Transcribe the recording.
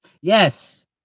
Yes